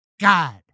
God